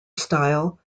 style